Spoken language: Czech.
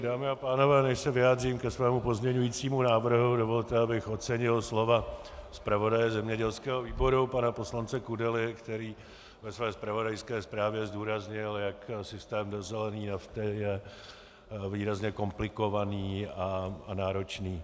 Dámy a pánové, než se vyjádřím ke svému pozměňovacímu návrhu, dovolte mi, abych ocenil slova zpravodaje zemědělského výboru pana poslance Kudely, který ve své zpravodajské zprávě zdůraznil, jak systém zelené nafty je výrazně komplikovaný a náročný.